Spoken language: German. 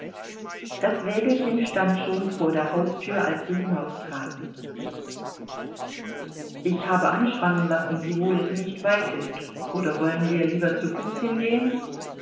das wägelchen stand schon vor der haustür als sie hinaustraten ich habe anspannen lassen wiewohl es nicht weit ist oder wollen wir lieber zu fuß hingehen